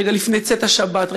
לפני צאת השבת,